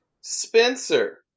Spencer